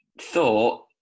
thought